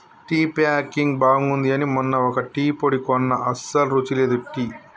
tea packing బాగుంది అని మొన్న ఒక టీ పొడి కొన్న అస్సలు రుచి లేదు టీ